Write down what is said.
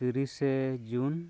ᱛᱤᱨᱤᱥᱮ ᱡᱩᱱ